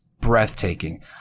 breathtaking